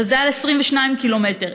וזה ב-22 קילומטר.